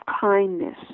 kindness